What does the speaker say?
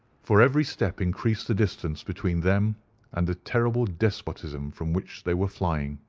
for every step increased the distance between them and the terrible despotism from which they were flying.